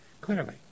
clearly